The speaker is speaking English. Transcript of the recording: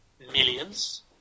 millions